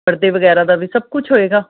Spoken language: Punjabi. ਪਰਦੇ ਵਗੈਰਾ ਦਾ ਵੀ ਸਭ ਕੁਛ ਹੋਏਗਾ